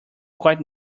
quite